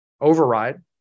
override